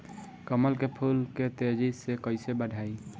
कमल के फूल के तेजी से कइसे बढ़ाई?